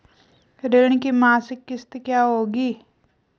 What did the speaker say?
ऋण की मासिक किश्त क्या होगी?